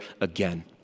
again